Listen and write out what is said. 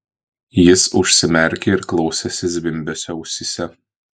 jis užsimerkė ir klausėsi zvimbesio ausyse